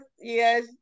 yes